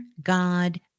god